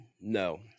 no